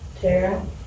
Tara